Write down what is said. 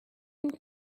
think